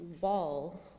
wall